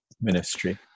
ministry